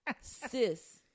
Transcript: sis